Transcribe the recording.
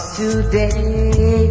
today